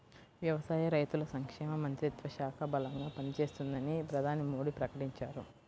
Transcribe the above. వ్యవసాయ, రైతుల సంక్షేమ మంత్రిత్వ శాఖ బలంగా పనిచేస్తుందని ప్రధాని మోడీ ప్రకటించారు